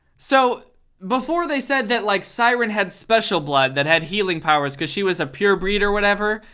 so before they said that like siren had special blood that had healing powers cause she was a pure breed or whatever.